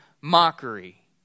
mockery